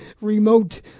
remote